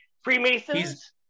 freemasons